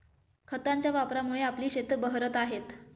खतांच्या वापरामुळे आपली शेतं बहरत आहेत